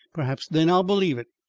perhaps, then, i'll believe it.